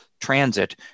transit